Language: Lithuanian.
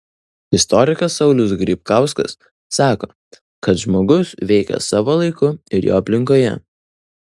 istorikas saulius grybkauskas sako kad žmogus veikia savo laiku ir jo aplinkoje